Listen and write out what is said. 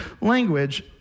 language